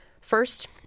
First